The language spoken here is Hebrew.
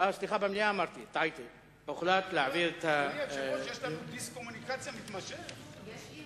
אדוני היושב-ראש, יש לנו דיסקומוניקציה מתמשכת.